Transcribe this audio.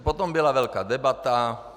Potom byla velká debata.